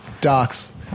Doc's